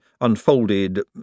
unfolded